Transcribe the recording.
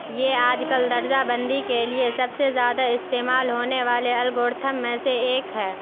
یہ آج کل درجہ بندی کے لیے سب سے زیادہ استعمال ہونے والے الگورتھم میں سے ایک ہے